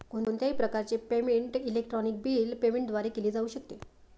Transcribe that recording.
कोणत्याही प्रकारचे payment electronic bill payment द्वारे केले जाऊ शकते